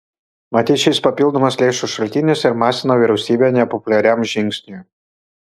matyt šis papildomas lėšų šaltinis ir masina vyriausybę nepopuliariam žingsniui